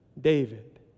David